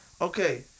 Okay